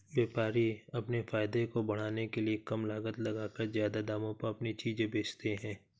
व्यापारी अपने फायदे को बढ़ाने के लिए कम लागत लगाकर ज्यादा दामों पर अपनी चीजें बेचते है